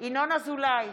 ינון אזולאי,